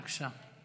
בבקשה.